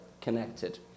connected